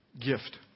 gift